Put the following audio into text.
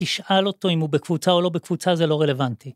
תשאל אותו אם הוא בקבוצה או לא בקבוצה, זה לא רלוונטי.